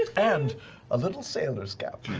and a little sailor's cap.